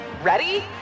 Ready